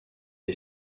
est